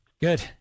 Good